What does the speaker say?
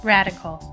Radical